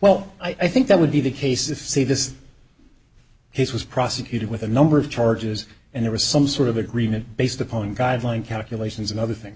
well i think that would be the case if you see this hayes was prosecuted with a number of charges and there was some sort of agreement based upon guideline calculations and other things